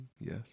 Yes